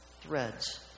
threads